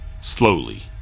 slowly